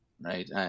right